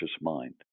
mind